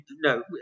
no